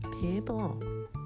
people